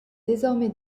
désormais